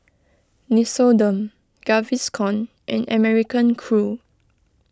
Nixoderm Gaviscon and American Crew